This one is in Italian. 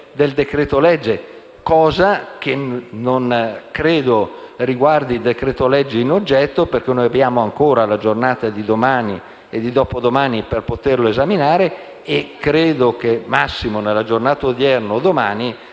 del decreto-legge, cosa che non credo riguardi il decreto-legge in oggetto, perché abbiamo ancora la giornata di domani e di dopodomani per poterlo esaminare e credo che al massimo nella giornata odierna o in